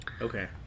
Okay